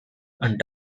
and